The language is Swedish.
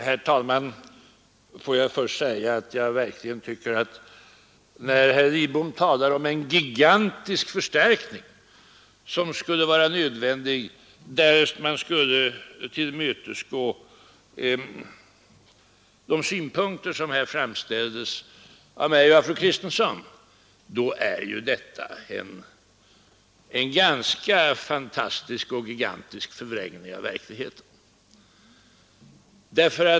Herr talman! Tillåt mig först säga att jag verkligen tycker, att när herr Lidbom talar om en gigantisk förstärkning som bleve nödvändig om man skulle tillmötesgå de synpunkter som här framställts av fru Kristensson och mig, så är det en ganska fantastisk och gigantisk förvrängning av verkligheten.